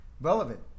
Relevant